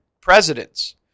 presidents